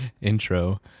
intro